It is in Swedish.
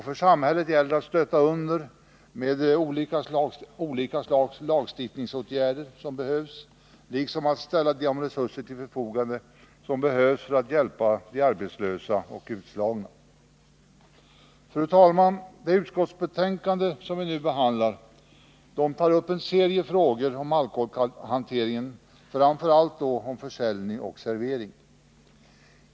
För samhället gäller det att stötta under med olika slags lagstiftningsåtgärder som behövs liksom att ställa till förfogande de resurser som krävs för att hjälpa arbetslösa och utslagna. I det utskottsbetänkande som vi nu behandlar tar man upp en serie frågor om alkoholhanteringen, framför allt om försäljning och servering.